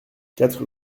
quatre